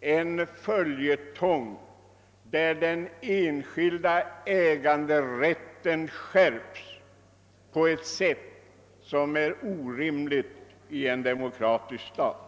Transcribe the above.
en följetong av lagförslag där den enskilda äganderätten skärps på ett sätt som är orimligt i en demokratisk stat.